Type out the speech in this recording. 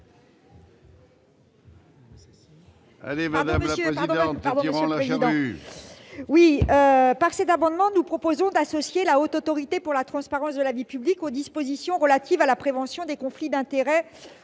Par cet amendement, nous proposons d'associer la Haute Autorité pour la transparence de la vie publique aux dispositions sur la prévention des conflits d'intérêts